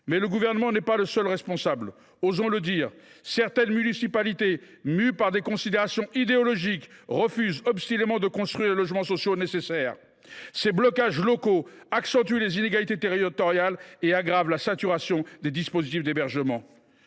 le Gouvernement n’est pas le seul responsable. Osons le dire : certaines municipalités, mues par des considérations idéologiques, refusent obstinément de construire les logements sociaux nécessaires. Ces blocages locaux accentuent les inégalités territoriales et aggravent la saturation des dispositifs d’hébergement.